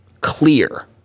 clear